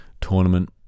tournament